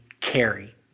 carry